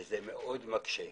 וזה מאוד מקשה.